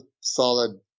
solid